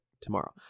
tomorrow